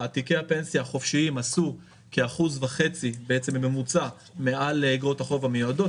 תיקי הפנסיה החופשיים עשו כאחוז וחצי בממוצע מעל איגרות החוב המיועדות.